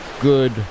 good